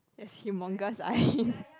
he has humongous eye